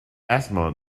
asthma